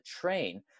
train